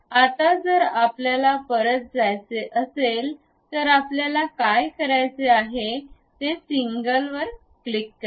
आता जर आपल्याला परत जायचे असेल तर आपल्याला काय करायचे आहे ते सिंगल वर क्लिक करा